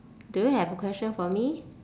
do you have a question for me